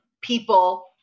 people